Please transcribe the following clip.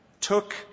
took